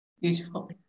Beautiful